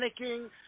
panicking